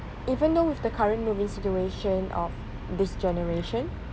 even though with the current moving situation of this generation